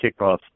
kickoff